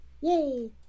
Yay